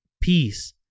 peace